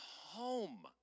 home